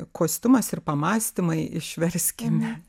kostiumas ir pamąstymai išverskime